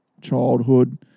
childhood –